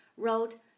wrote